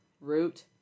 root